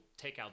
takeout